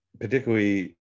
particularly